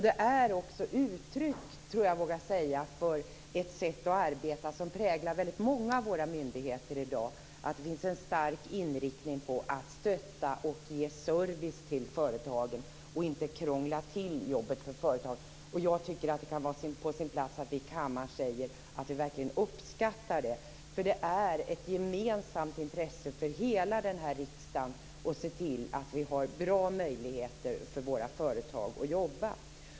Det är också uttryck, tror jag att jag vågar säga, för ett sätt att arbeta som präglar väldigt många av våra myndigheter i dag. Det finns en stark inriktning mot att stötta och ge service till företagen och inte krångla till jobbet för dem. Jag tycker att det kan vara på sin plats att vi i kammaren säger att vi verkligen uppskattar det. Det är ett gemensamt intresse för hela denna riksdag att se till att våra företag har bra möjligheter att jobba.